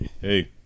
hey